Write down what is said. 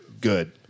good